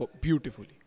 beautifully